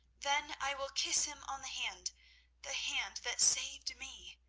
then i will kiss him on the hand the hand that saved me,